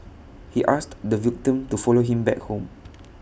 he asked the victim to follow him back home